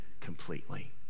completely